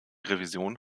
revision